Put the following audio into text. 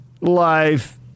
life